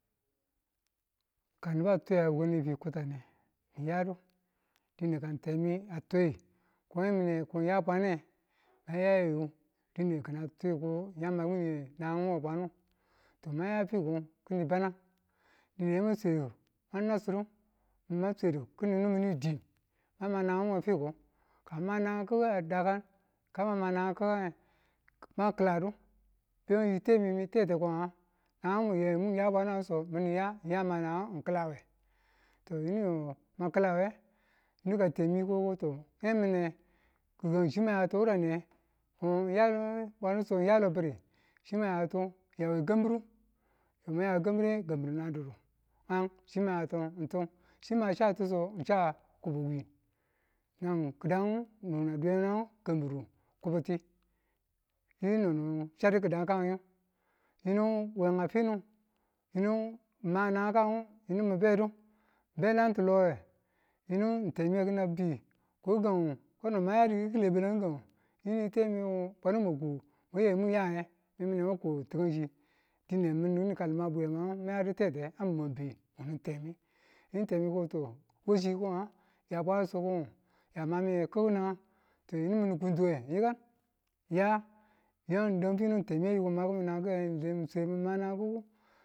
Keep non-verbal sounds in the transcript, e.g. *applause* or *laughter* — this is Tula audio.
Ka nibu a twiye kutane, miyadu. Dine ng temi a tiu ko miya bware ma ya yayo dine kina uu ko yami makimin nangangu we bwaru ma yadu kini banang ma *unintelligible* kini niri diin ma ma nangan ngu ka mi ma nangangu a dakan ma madan nge makiladu mi tete ko nga nangangu yan ma nangangu yinu yo ma ki lawe, Temi ko to ngai mini chima yawetu wure niye? n ya cobri miyawe kambiru kambisu nan didu chi mayewengetu chima chatu n cha *unintelligible* kidangu nin na dwiyenangu kambiru kifibti dino ni chadu kida kangangu wenga finu yinu mi ma nangangu yinu be canti lo yinu lemi kila biu ko kan ngu na yadu kikile balang kikangu mi temi ngu bale mwaku mwayidu mwi miyange nemako tikanchi dine mini kini ka liman bwimiyang man yadu tete a mwang biu mun temi yi temi ko to washi ko nga ya bwai ya mamiye kiku nanga ti min kuntuwe miya yami dan finu temi ayi ko mimakimin nangan ngu yinu mi swe mima nangan ngu